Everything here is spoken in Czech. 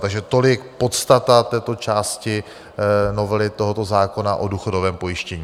Takže tolik podstata této části novely tohoto zákona o důchodovém pojištění.